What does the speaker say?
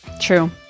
True